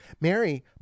Mary